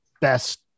best